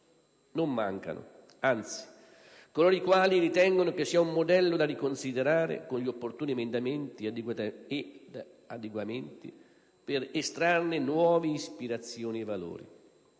Non mancano, anzi, coloro che ritengono che sia un modello da riconsiderare, con gli opportuni emendamenti ed adeguamenti, per estrarne nuove ispirazioni e valori.